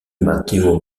matteo